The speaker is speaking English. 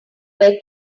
where